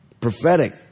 Prophetic